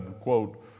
quote